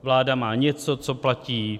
Vláda má něco, co platí.